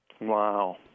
Wow